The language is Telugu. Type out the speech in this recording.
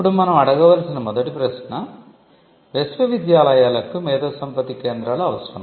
ఇప్పుడు మనం అడగవలసిన మొదటి ప్రశ్న విశ్వవిద్యాలయాలకు మేధోసంపత్తి కేంద్రాలు అవసరమా